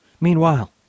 Meanwhile